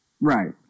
Right